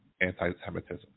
anti-Semitism